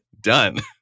done